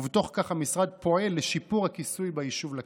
ובתוך כך המשרד פועל לשיפור הכיסוי ביישוב לקיה.